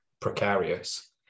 precarious